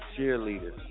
cheerleaders